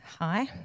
Hi